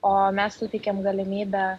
o mes suteikiam galimybę